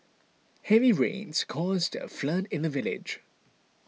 heavy rains caused a flood in the village